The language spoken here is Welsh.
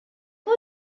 bod